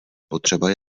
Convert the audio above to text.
potřeba